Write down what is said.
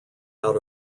out